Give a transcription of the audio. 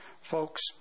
Folks